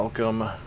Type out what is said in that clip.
Welcome